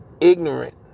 ignorant